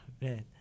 man